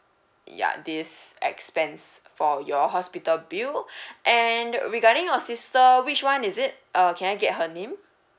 ya this expense for your hospital bill and regarding your sister which one is it err can I get her name